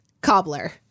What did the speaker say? Cobbler